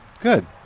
good